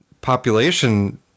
population